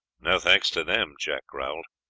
no thanks to them, jack growled.